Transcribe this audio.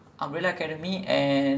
oh okay I have heard of umbrella academy